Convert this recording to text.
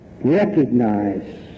recognize